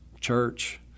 church